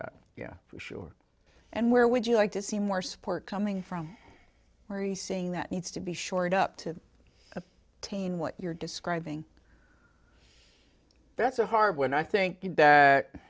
that yeah for sure and where would you like to see more support coming from where he's saying that needs to be shored up to a teen what you're describing that's a hard one i think